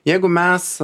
jeigu mes